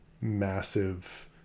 massive